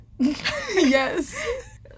yes